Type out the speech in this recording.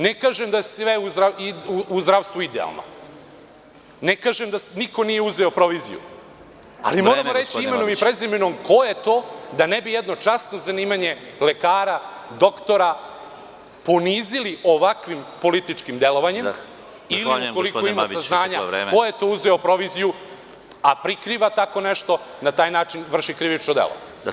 Ne kažem da je sve u zdravstvu idealno, ne kažem da niko nije uzeo proviziju, ali moramo reći menom i prezimenom ko je to, da ne bi jedno časno zanimanje lekara, doktora ponizili ovakvim političkim delovanjem i ukoliko ima saznanja ko je to uzeo proviziju, a prikriva tako nešto, na taj način vrši krivično delo.